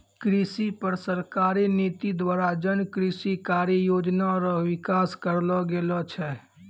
कृषि पर सरकारी नीति द्वारा जन कृषि कारी योजना रो विकास करलो गेलो छै